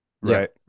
Right